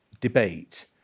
debate